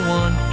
one